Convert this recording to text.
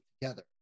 together